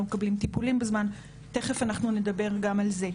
לא מקבלים טיפולים בזמן ותיכף אנחנו נדבר גם על זה.